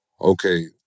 Okay